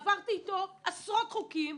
עברתי עם יוסי שרעבי עשרות חוקים,